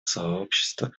сообщества